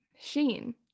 Sheen